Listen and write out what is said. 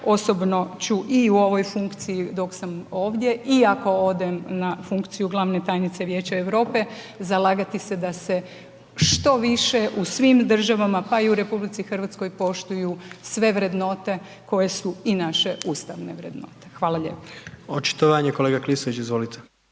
osobno ću i u ovoj funkciji dok sam ovdje i ako odem na funkciju glavne tajnice Vijeća Europe zalagati se da se što više u svim državama, pa i u RH poštuju sve vrednote koje su i naše ustavne vrednote. Hvala lijepo. **Jandroković, Gordan